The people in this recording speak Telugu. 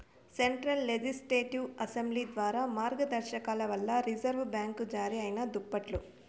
సెంట్రల్ లెజిస్లేటివ్ అసెంబ్లీ ద్వారా మార్గదర్శకాల వల్ల రిజర్వు బ్యాంక్ జారీ అయినాదప్పట్ల